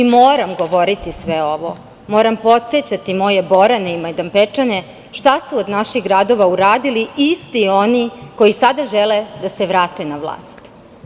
Moram govoriti sve ovo, moram podsećati moje Borane i Majdanpekčane šta su od naših gradova uradili isti oni koji sada žele da se vrate na vlast.